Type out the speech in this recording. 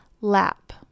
lap